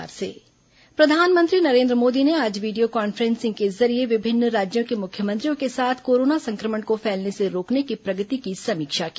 प्रधानमंत्री बैठक प्रधानमंत्री नरेन्द्र मोदी ने आज वीडियो कॉन्फ्रेंसिंग के जरिये विभिन्न राज्यों के मुख्यमंत्रियों के साथ कोरोना संक्रमण को फैलने से रोकने की प्रगति की समीक्षा की